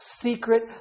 secret